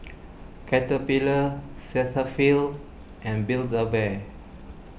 Caterpillar Cetaphil and Build A Bear